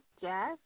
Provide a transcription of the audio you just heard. Jazz